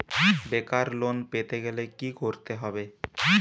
বেকার লোন পেতে গেলে কি করতে হবে?